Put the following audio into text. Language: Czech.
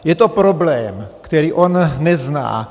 Je to problém, který on nezná.